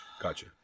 Gotcha